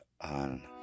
on